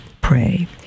pray